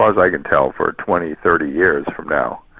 i can tell, for twenty, thirty years from now.